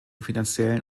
finanziellen